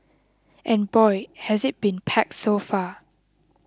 and boy has it been packed so far